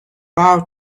bow